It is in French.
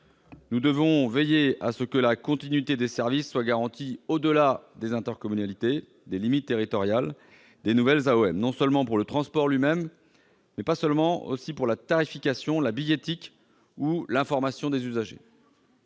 Nous devrons veiller à ce que la continuité des services soit garantie au-delà des limites territoriales des nouvelles AOM, non seulement pour le transport lui-même, mais aussi pour la tarification, la billettique ou l'information des usagers.